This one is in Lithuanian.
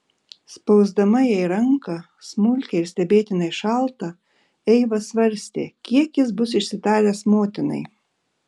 spausdama jai ranką smulkią ir stebėtinai šaltą eiva svarstė kiek jis bus išsitaręs motinai